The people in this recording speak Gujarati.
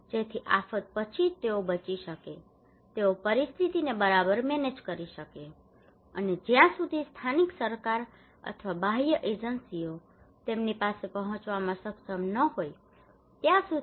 જેથી આફત પછી જ તેઓ બચી શકે તેઓ પરિસ્થિતિને બરાબર મેનેજ કરી શકે અને જ્યાં સુધી સ્થાનિક સરકાર અથવા બાહ્ય એજન્સીઓ તેમની પાસે પહોંચવામાં સક્ષમ ન હોય ત્યાં સુધી